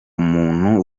muntu